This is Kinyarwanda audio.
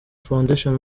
foundation